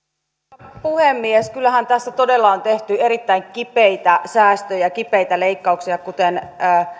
arvoisa puhemies kyllähän tässä todella on tehty erittäin kipeitä säästöjä kipeitä leikkauksia kuten